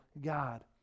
God